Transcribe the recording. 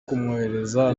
kumwohereza